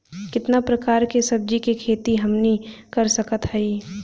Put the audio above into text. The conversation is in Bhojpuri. कितना प्रकार के सब्जी के खेती हमनी कर सकत हई?